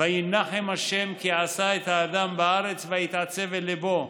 ויִּנחם ה' כי עשה את האדם בארץ ויתעצב אל לבו.